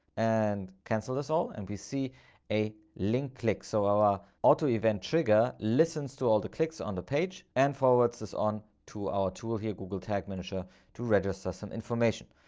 and cancel this all and we see a link click. so our auto event trigger listens to all the clicks on the page and forwards this on to our tool via google tag manager to register some information.